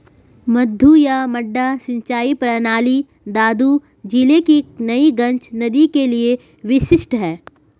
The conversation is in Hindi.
मद्दू या मड्डा सिंचाई प्रणाली दादू जिले की नई गज नदी के लिए विशिष्ट है